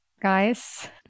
guys